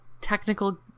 technical